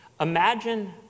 Imagine